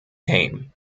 came